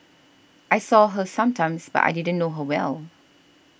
I saw her sometimes but I didn't know her well